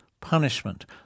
punishment